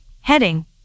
heading